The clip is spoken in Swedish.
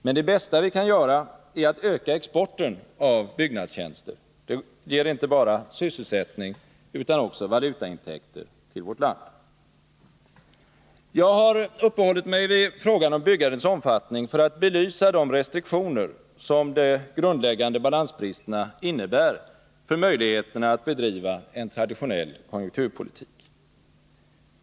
Men det bästa vi kan göra är att öka exporten av byggnadstjänster; det ger inte bara sysselsättning utan också valutaintäkter till vårt land. Jag har uppehållit mig vid frågan om byggandets omfattning för att belysa de restriktioner som de grundläggande balansbristerna innebär för möjligheterna att bedriva en traditionell konjunkturpolitik.